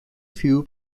few